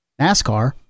NASCAR